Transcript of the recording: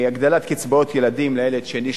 הגדלת קצבאות ילדים לילד שני,